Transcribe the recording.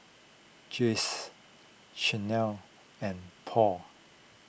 Jays Chanel and Paul